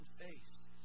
face